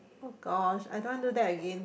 oh-gosh I don't want do that again